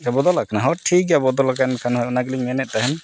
ᱵᱚᱫᱚᱞ ᱟᱠᱟᱱᱟ ᱦᱮᱸ ᱴᱷᱤᱠ ᱜᱮᱭᱟ ᱵᱚᱫᱚᱞ ᱟᱠᱟᱱ ᱠᱷᱟᱱ ᱚᱱᱟ ᱜᱮᱞᱤᱧ ᱢᱮᱱᱮᱫ ᱛᱟᱦᱮᱱ